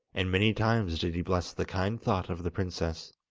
and many times did he bless the kind thought of the princess.